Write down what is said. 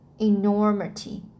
enormity